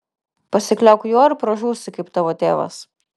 pasikliauk juo ir pražūsi kaip tavo tėvas